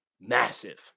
massive